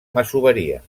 masoveria